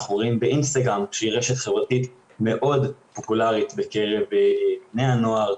אנחנו רואים באינסטגרם שהיא רשת חברתית מאוד פופולארית בקרב בני הנוער,